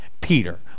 peter